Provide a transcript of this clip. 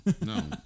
No